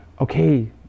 okay